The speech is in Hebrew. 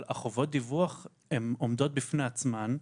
אבל חובות הדיווח עומדות בפני עצמן.